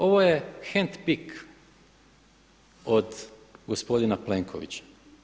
Ovo je hand pick od gospodina Plenkovića.